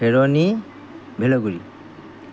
Heruni Bhelguri